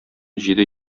җиде